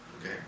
Okay